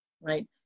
right